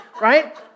Right